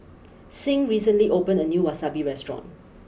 sing recently opened a new Wasabi restaurant